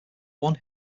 one